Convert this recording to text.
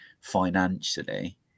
financially